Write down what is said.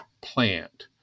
plant